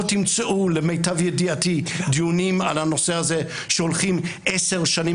לא תמצאו למיטב ידיעתי דיונים על הנושא הזה שהולכים עשר שנים